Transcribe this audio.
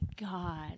God